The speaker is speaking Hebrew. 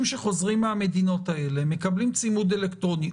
שחוזרים מהמדינות האלה מקבלים צימוד אלקטרוני,